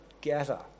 gather